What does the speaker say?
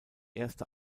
erste